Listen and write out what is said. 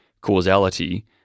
causality